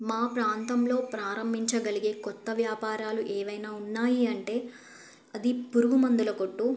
మా ప్రాంతంలో ప్రారంభించగలిగే కొత్త వ్యాపారాలు ఏవైనా ఉన్నాయి అంటే అది పురుగు మందుల కొట్టు